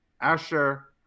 Asher